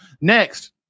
Next